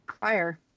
fire